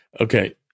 Okay